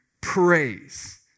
praise